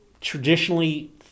traditionally